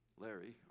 Larry